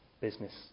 business